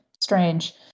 strange